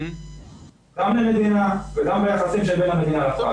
גם למדינה וגם ליחסים שבין המדינה לפרט.